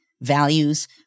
values